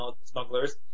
smugglers